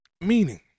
Meaning